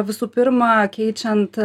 visų pirma keičiant